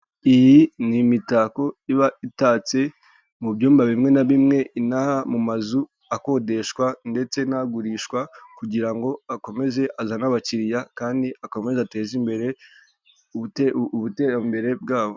Iyi ni imitako iba itatse mu byumba bimwe na bimwe inaha mu mazu akodeshwa ndetse n'agurishwa kugira ngo akomeze azane abakiriya kandi akomeze ateze imbere ubuterambere bwabo.